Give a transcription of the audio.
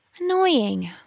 Annoying